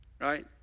right